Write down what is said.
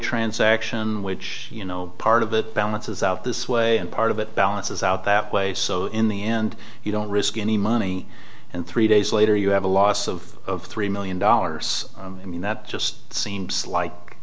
transaction which you know part of it balances out this way and part of it balances out that way so in the end you don't risk any money and three days later you have a loss of three million dollars i mean that just seems like